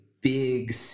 big